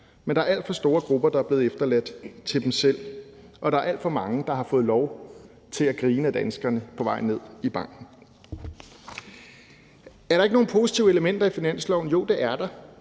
men der er alt for store grupper, der er blevet overladt til sig selv, og der er alt for mange, der har fået lov til at grine af danskerne på vej ned i banken. Er der ikke nogen positive elementer i finansloven? Jo, det er der.